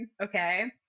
okay